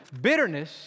Bitterness